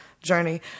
journey